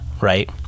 right